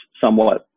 somewhat